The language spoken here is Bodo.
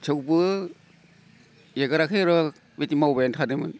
थेवबो एंगाराखै आरो बिदि मावबायानो थादोंमोन